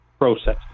process